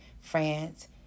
France